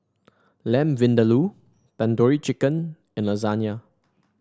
Lamb Vindaloo Tandoori Chicken and Lasagne